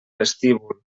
vestíbul